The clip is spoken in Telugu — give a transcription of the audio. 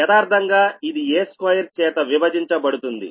యదార్ధంగా ఇది a2 చేత విభజించబడుతుంది